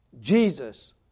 Jesus